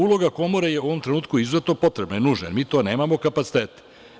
Uloga komore je u ovom trenutku izuzetno potrebna i nužna, jer mi nemamo kapacitete.